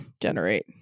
generate